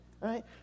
right